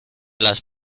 las